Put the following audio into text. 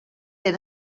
era